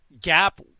gap